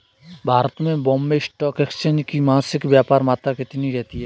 भारत में Bombay stock exchange की मासिक व्यापार मात्रा कितनी रहती है?